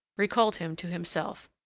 recalled him to himself.